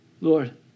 Lord